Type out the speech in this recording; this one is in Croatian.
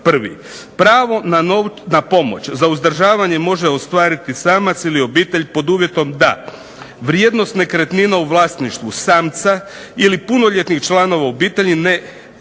51., pravo na pomoć za uzdržavanje može ostvariti samac ili obitelj pod uvjetom da vrijednost nekretnina u vlasništvu samca ili punoljetnih članova obitelji ne prelazi